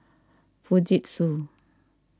Fujitsu